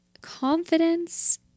confidence